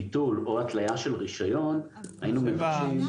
ביטול או התלייה של רישיון, אנחנו מבקשים.